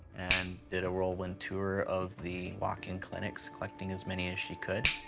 and did a whirlwind tour of the walk-in clinics, collecting as many as she could.